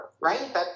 Right